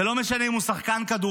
זה לא משנה אם הוא שחקן כדורמים,